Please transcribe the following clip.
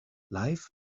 life